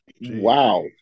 Wow